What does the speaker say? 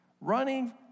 Running